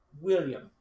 William